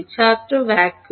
ছাত্র ভ্যাকুয়াম